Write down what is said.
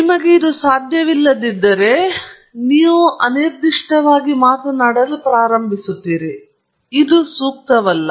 ನಿಮಗೆ ಸಾಧ್ಯವಿಲ್ಲ ನೀವು ಕೇವಲ ಅಲ್ಲಿ ತೋರಿಸಲು ಮತ್ತು ಅನಿರ್ದಿಷ್ಟವಾಗಿ ಮಾತನಾಡಲು ಪ್ರಾರಂಭಿಸಲು ಇದು ಸೂಕ್ತವಲ್ಲ